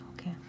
okay